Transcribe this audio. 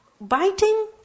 biting